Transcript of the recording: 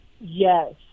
Yes